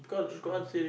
true ah